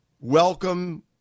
Welcome